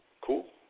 cool